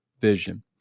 vision